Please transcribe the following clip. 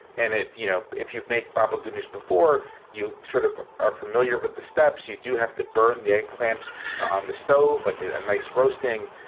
and, you know, if you've make baba goodnews before you sort of are familiar with the steps, you do have to burn the eggplant on the stove like it and makes roasting,